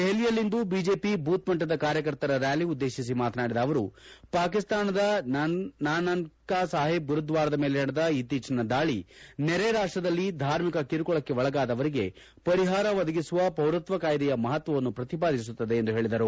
ದೆಹಲಿಯಲ್ಲಿಂದು BJP booth ಮಟ್ಟದ ಕಾರ್ಯಕರ್ತರ ರ್ನಾಲಿ ಉದ್ಲೇಶಿಸಿ ಮಾತನಾಡಿದ ಅವರು ಪಾಕಿಸ್ತಾನದ ನನ್ನಾನಾ ಸಾಹಿಬ್ ಗುರುದ್ವಾರದ ಮೇಲೆ ನಡೆದ ಇತ್ತೀಚಿನ ದಾಳಿ ನೆರೆ ರಾಷ್ಷದಲ್ಲಿ ಧಾರ್ಮಿಕ ಕಿರುಕುಳಕ್ಕೆ ಒಳಗಾದವರಿಗೆ ಪರಿಹಾರ ಒದಗಿಸುವ ಪೌರತ್ವ ಕಾಯಿದೆಯ ಮಹತ್ವವನ್ನು ಪ್ರತಿಪಾದಿಸುತ್ತದೆ ಎಂದು ಪೇಳಿದರು